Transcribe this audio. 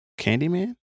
Candyman